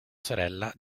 sorella